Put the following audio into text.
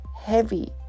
heavy